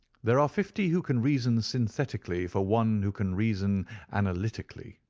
there are fifty who can reason synthetically for one who can reason analytically.